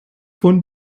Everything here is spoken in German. von